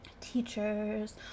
teachers